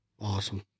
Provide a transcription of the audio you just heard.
Awesome